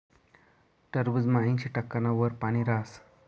टरबूजमा ऐंशी टक्काना वर पानी हास